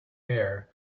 air